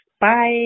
Bye